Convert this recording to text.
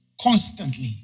constantly